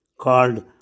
called